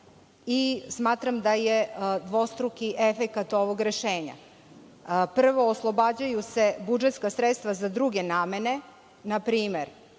bitno. Smatram da je dvostruki efekat ovog rešenja. Prvo, oslobađaju se budžetska sredstva za druge namene, na primer,